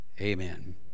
Amen